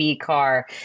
car